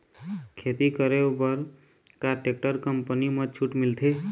खेती करे बर का टेक्टर कंपनी म छूट मिलथे?